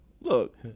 look